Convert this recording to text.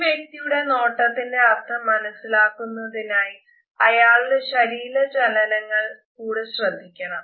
ഒരു വ്യക്തിയുടെ നോട്ടത്തിന്റെ അർത്ഥം മനസിലാക്കുന്നതിനായ് അയാളുടെ ശരീര ചലനങ്ങൾ കൂടെ ശ്രദ്ധിക്കണം